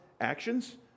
actions